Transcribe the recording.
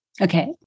Okay